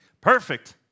Perfect